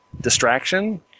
distraction